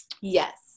Yes